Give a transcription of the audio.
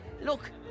Look